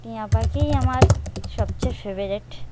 টিয়া পাখিই আমার সবচেয়ে ফেভারিট